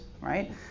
right